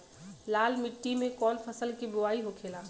लाल मिट्टी में कौन फसल के बोवाई होखेला?